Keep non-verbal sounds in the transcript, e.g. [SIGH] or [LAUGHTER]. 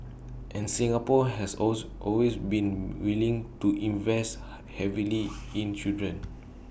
and Singapore has also always been willing to invest [NOISE] heavily in children